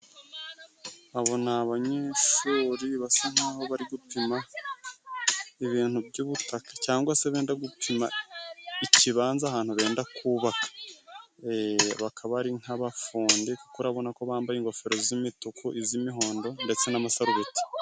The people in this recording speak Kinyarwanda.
Abo ni abanyeshuri basa nk'aho bari gupima ibintu by'ubutaka cyangwa se benda gupima ikibanza ahantu benda kubaka. Bakaba ari nk'abafundi kuko urabona ko bambaye ingofero z'imituku iz'imihondo ndetse n'amasarubeti.